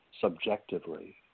subjectively